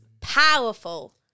powerful